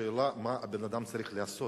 השאלה, מה הבן-אדם צריך לעשות?